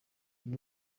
uyu